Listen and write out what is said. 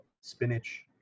spinach